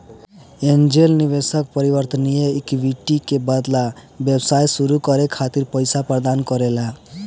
angel निवेशक परिवर्तनीय equity के बदला व्यवसाय सुरू करे खातिर पईसा प्रदान करेला